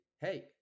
Hey